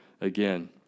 again